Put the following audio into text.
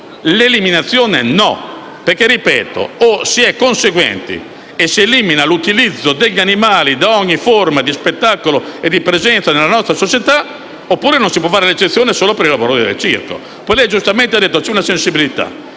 L'eliminazione, no. Ripeto, infatti, che: o si e conseguenti e si elimina l'utilizzo degli animali da ogni forma di spettacolo e di presenza nella nostra società; oppure, non si può fare l'eccezione solo per i lavoratori del circo. Ella ha poi detto, giustamente, che vi è una sensibilità.